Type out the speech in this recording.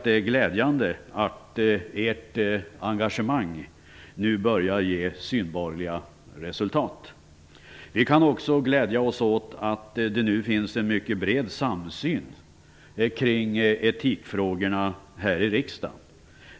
Det är glädjande att ert engagemang nu börjar ge synbara resultat. Vi kan också glädja oss åt att det nu finns en mycket bred samsyn kring etikfrågorna här i riksdagen.